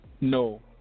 No